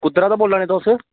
कुद्धरा दा बोल्ला नै तुस